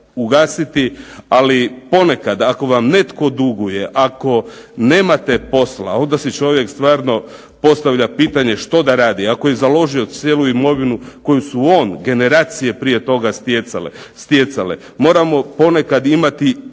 ugasiti. Ali ponekad ako vam netko duguje, ako nemate posla, onda si čovjek stvarno postavlja pitanje, što da radi. Ako je založio cijelu imovinu koju su on, generacije prije toga stjecale. Moramo ponekad imati